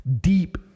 deep